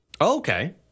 Okay